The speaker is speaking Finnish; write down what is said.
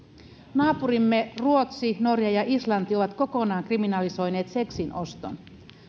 naapurimme ruotsi norja ja islanti ovat kokonaan kriminalisoineet seksin oston